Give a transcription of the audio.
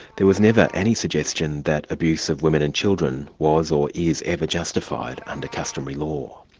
there was never any suggestion that abuse of women and children was, or is, ever justified under customary law.